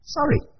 Sorry